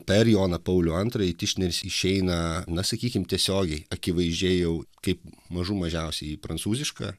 per joną paulių antrąjį tišneris išeina na sakykim tiesiogiai akivaizdžiai jau kaip mažų mažiausiai į prancūzišką